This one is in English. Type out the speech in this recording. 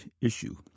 issue